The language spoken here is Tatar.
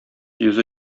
йөзе